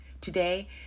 Today